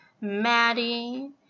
Maddie